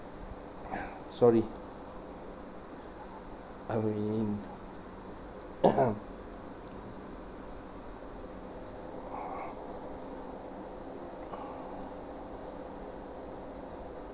sorry